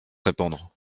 répandre